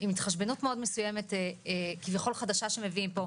עם התחשבנות מאוד מסוימת כביכול חדשה שמביאים פה.